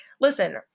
listen